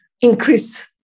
increase